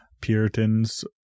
Puritans